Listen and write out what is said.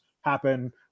happen